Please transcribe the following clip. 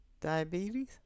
Diabetes